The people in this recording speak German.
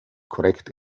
korrekt